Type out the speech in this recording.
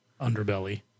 underbelly